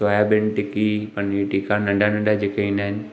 soybean tikki paneer टिका नंढा नंढा जेके ईंदा आहिनि